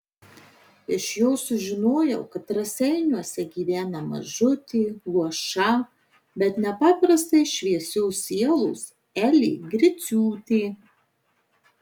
iš jo sužinojau kad raseiniuose gyvena mažutė luoša bet nepaprastai šviesios sielos elė griciūtė